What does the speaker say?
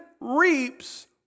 reaps